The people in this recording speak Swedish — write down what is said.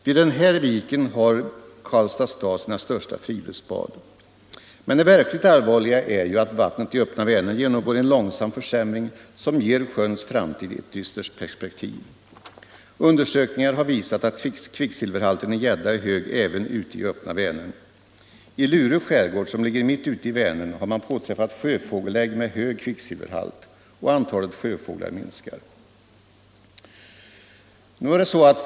Vid den här viken har Karlstad sina största friluftsbad. Men det verkligt allvarliga är att vattnet i öppna Vänern genomgår en långsam försämring, som ger sjöns framtid ett dystert perspektiv. Undersökningar har visat att kvicksilverhalten i gädda är hög även ute i öppna Vänern. I Lurö skärgård, som ligger mitt ute i Vänern, har man påträffat sjöfågelägg med hög kvicksilverhalt. Antalet sjöfåglar minskar.